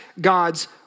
God's